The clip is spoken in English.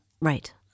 Right